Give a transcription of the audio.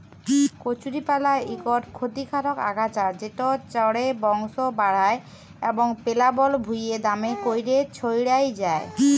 কচুরিপালা ইকট খতিকারক আগাছা যেট চাঁড়ে বংশ বাঢ়হায় এবং পেলাবল ভুঁইয়ে দ্যমে ক্যইরে ছইড়াই যায়